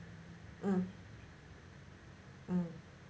mm mm